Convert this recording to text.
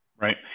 Right